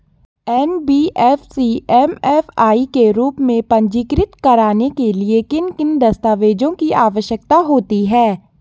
NBFC MFI के रूप में पंजीकृत कराने के लिए किन किन दस्तावेज़ों की आवश्यकता होती है?